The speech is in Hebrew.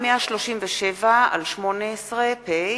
החלת החוק על פליט וחוסה מדיני